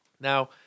Now